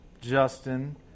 Justin